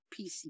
PC